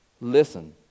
Listen